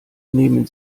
nehmen